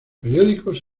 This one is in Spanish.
periódicos